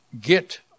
get